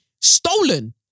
Stolen